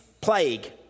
plague